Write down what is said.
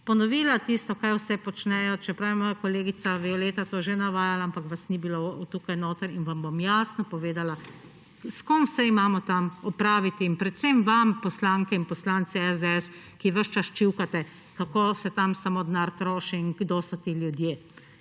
ponovila tisto, kaj vse počnejo, čeprav je moja kolegica Violeta to že navajala, ampak vas ni bilo tukaj notri, in vam bom jasno povedala, s kom vse imamo tam opraviti. Predvsem vam, poslanke in poslanci SDS, ki ves čas čivkate, kako se tam samo denar troši in kdo so ti ljudje